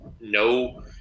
no